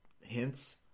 hints